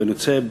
ואני רוצה,